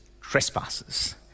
trespasses